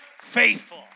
faithful